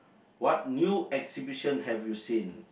what new exhibition have you seen